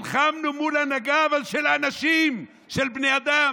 נלחמנו מול הנהגה, אבל של אנשים, של בני אדם.